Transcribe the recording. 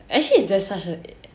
actually is there's such a